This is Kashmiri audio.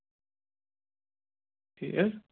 ٹھیٖک